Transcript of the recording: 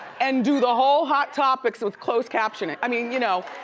and do the whole hot topics with closed captioning. i mean, you know.